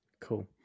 cool